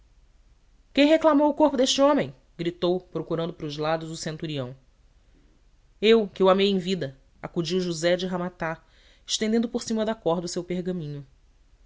quem reclamou o corpo deste homem gritou procurando para os lados o centurião eu que o amei em vida acudiu josé de ramata estendendo por cima da corda o seu pergaminho